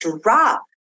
drop